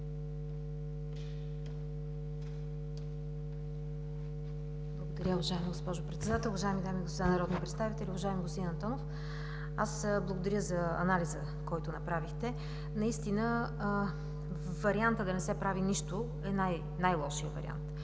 Благодаря, уважаема госпожо Председател. Уважаеми дами и господа народни представители, уважаеми господин Антонов! Аз благодаря за анализа, който направихте. Наистина вариантът да не се прави нищо е най-лошият вариант.